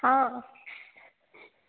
एक lap laptop लेना था